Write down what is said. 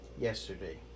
Yesterday